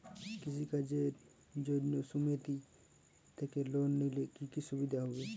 কৃষি কাজের জন্য সুমেতি থেকে লোন নিলে কি কি সুবিধা হবে?